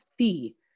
see